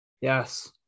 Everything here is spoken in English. Yes